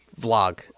vlog